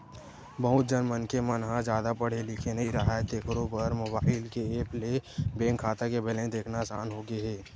बहुत झन मनखे मन ह जादा पड़हे लिखे नइ राहय तेखरो बर मोबईल के ऐप ले बेंक खाता के बेलेंस देखना असान होगे हे